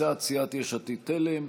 הצעת סיעת יש עתיד-תל"ם.